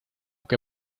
que